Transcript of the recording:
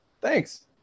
Thanks